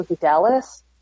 Dallas